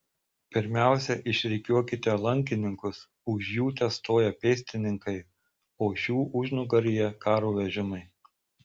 pirmiausia išrikiuokite lankininkus už jų testoja pėstininkai o šių užnugaryje karo vežimai